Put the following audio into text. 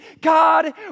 God